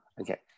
okay